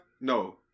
no